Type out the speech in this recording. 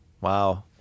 Wow